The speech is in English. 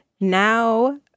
Now